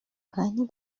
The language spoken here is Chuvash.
кайнӑ